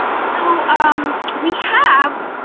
so we have,